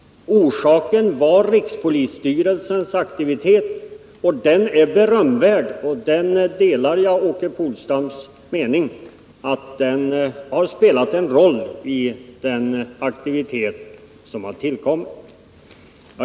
Orsaken var rikspolisstyrelsens aktivitet. Den är berömvärd, och jag delar Åke Polstams mening att den har spelat en roll.